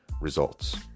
results